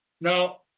Now